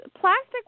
plastic